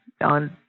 on